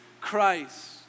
Christ